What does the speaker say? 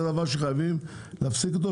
זה דבר שחייבים להפסיק.